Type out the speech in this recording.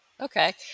Okay